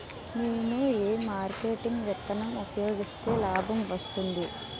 నేను ఏ మార్కెటింగ్ విధానం ఉపయోగిస్తే లాభం వస్తుంది?